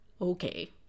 okay